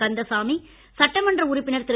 கந்தசாமி சட்டமன்ற உறுப்பினர் திரு